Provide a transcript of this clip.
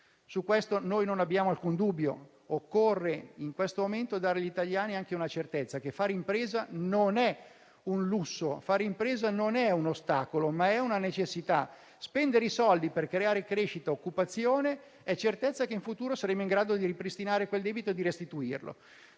Su questo non abbiamo alcun dubbio. Occorre in questo momento dare agli italiani la certezza che fare impresa non è un lusso; fare impresa non è un ostacolo, ma una necessità. Spendere i soldi per creare crescita e occupazione è certezza che in futuro saremo in grado di ripristinare quel debito e di restituirlo.